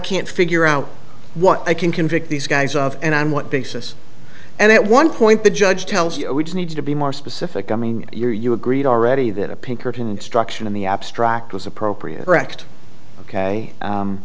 can't figure out what i can convict these guys of and i'm what basis and at one point the judge tells you which needs to be more specific i mean you're you agreed already that a pinkerton instruction in the abstract was appropriate wrecked ok